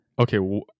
okay